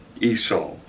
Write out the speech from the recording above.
Esau